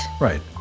Right